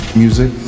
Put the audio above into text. music